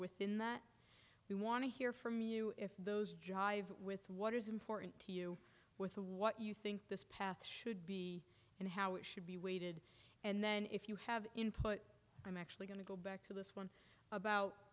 within that we want to hear from you if those jive with what is important to you with what you think this path should be and how it should be weighted and then if you have input i'm actually going to go back to this one about